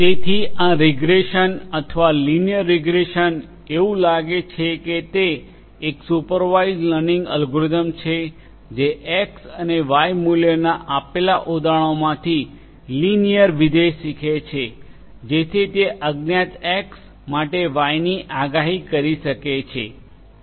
તેથી આ રીગ્રેશન અથવા લિનિયર રીગ્રેસન એવું લાગે છે કે તે એક સુપરવાઇઝડ લર્નિંગ એલ્ગોરિધમ છે જે Xએક્ષ અને Yવાય મૂલ્યોના આપેલા ઉદાહરણોમાંથી લિનિયર વિધેય શીખે છે જેથી તે અજ્ઞાત Xએક્ષ માટે Yવાય ની આગાહી કરી શકે છે